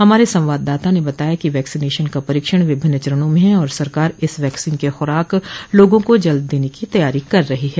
हमारे संवाददाता ने बताया कि वैक्सीनशन का परीक्षण विभिन्न चरणों में हैं और सरकार इस वैक्सीन की खुराक लोगों को जल्द देने की तैयारी कर रही है